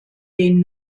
den